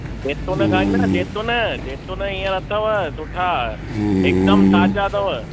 जैतुन खाईंदा जैतुन जैतुन हींअर अथव सुठा हिकदमु ताज़ा अथव